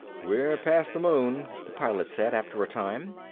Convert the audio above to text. we're past the moon, the pilot said, after a time.